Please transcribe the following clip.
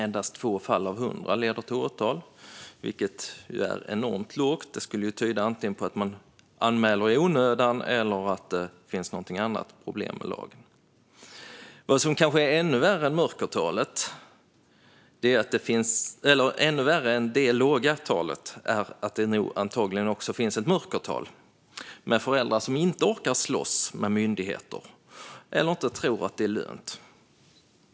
Endast 2 fall av 100 leder till åtal, vilket är mycket lågt. Det tyder antingen på att man anmäler i onödan eller att det finns något annat problem med lagen. Vad som kanske är ännu värre än detta låga tal är att det antagligen finns ett mörkertal med föräldrar som inte orkar slåss med myndigheter eller inte tror att det är lönt.